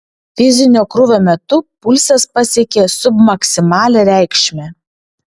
fizinio krūvio metu pulsas pasiekė submaksimalią reikšmę